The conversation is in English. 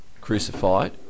crucified